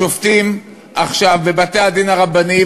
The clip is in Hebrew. השופטים עכשיו בבתי-הדין הרבניים,